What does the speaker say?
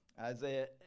Isaiah